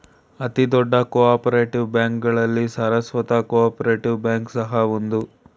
ಅತಿ ದೊಡ್ಡ cooperative ಬ್ಯಾಂಕ್ಗಳಲ್ಲಿ ಸರಸ್ವತ್ ಕೋಪರೇಟಿವ್ ಬ್ಯಾಂಕ್ ಸಹ ಒಂದು